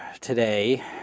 today